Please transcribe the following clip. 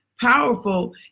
powerful